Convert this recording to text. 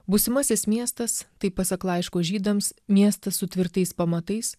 būsimasis miestas tai pasak laiško žydams miestas su tvirtais pamatais